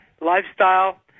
lifestyle